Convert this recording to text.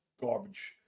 garbage